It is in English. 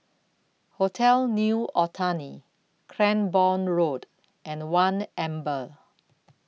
Hotel New Otani Cranborne Road and one Amber